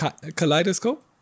Kaleidoscope